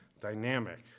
dynamic